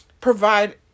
provide